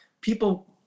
People